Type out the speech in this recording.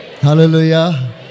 Hallelujah